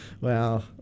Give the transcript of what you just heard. Wow